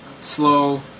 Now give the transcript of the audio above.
slow